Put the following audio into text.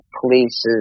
police